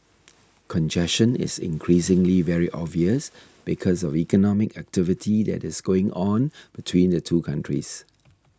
congestion is increasingly very obvious because of economic activity that is going on between the two countries